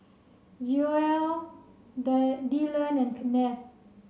Joell Dyllan and Kenneth